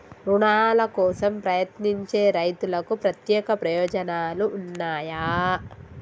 రుణాల కోసం ప్రయత్నించే రైతులకు ప్రత్యేక ప్రయోజనాలు ఉన్నయా?